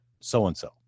so-and-so